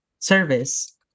service